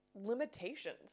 limitations